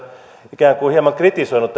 ikään kuin hieman kritisoinut